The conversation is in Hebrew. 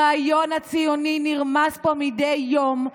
הרעיון הציוני נרמס פה מדי יום.